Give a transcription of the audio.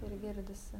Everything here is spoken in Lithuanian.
ir girdisi